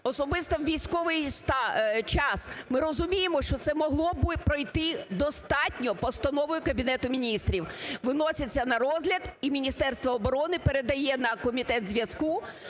особисто у військовий час, ми розуміємо, що це могло би пройти достатньо постановою Кабінету Міністрів. Виноситься на розгляд і Міністерство оборони передає на комітет зв'язку